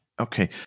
Okay